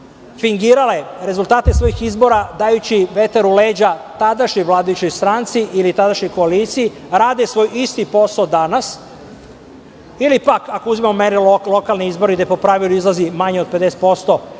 fingirale rezultate svojih izbora, dajući vetar u leđa tadašnjoj vladajućoj stranci ili tadašnjom koaliciji, a rade svoj isti posao i danas ili pak, ako uzmemo merilo lokalne izbore gde po pravilu izlazi manje od 50%,